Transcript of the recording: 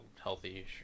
healthy